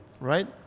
right